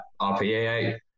RPA